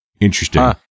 Interesting